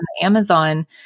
Amazon